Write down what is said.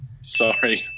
Sorry